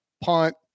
Punt